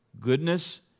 goodness